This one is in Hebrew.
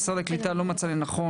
משרד הקליטה ושר הקליטה לא מצאו לנכון